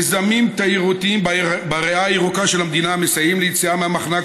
מיזמים תיירותיים בריאה הירוקה של המדינה מסייעים ליציאה מהמחנק